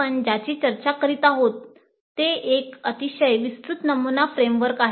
आपण ज्याची चर्चा करीत आहोत ते एक अतिशय विस्तृत नमुना फ्रेम वर्क आहे